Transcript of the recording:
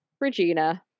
Regina